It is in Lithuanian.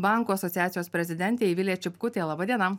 banko asociacijos prezidentė eivilė čipkutė laba diena